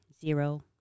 zero